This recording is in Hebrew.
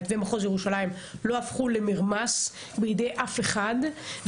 ומחוז ירושלים לא הפכו למרמס בידי אף אחד.